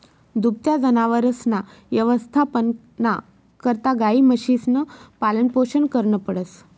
दुभत्या जनावरसना यवस्थापना करता गायी, म्हशीसनं पालनपोषण करनं पडस